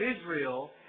Israel